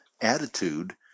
attitude